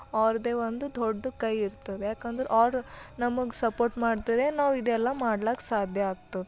ಅವ್ರದೆ ಒಂದು ದೊಡ್ಡ ಕೈ ಇರ್ತದ ಯಾಕಂದ್ರೆ ಅವ್ರು ನಮಗೆ ಸಪೋರ್ಟ್ ಮಾಡ್ತಾರೆ ನಾವು ಇದೆಲ್ಲ ಮಾಡ್ಲಾಕೆ ಸಾಧ್ಯ ಆಗ್ತದೆ